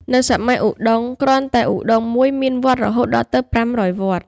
នៅសម័យឧត្តុង្គ គ្រាន់តែឧត្តុង្គមួយ មានវត្តរហូតដល់ទៅ ៥០០វត្ត ។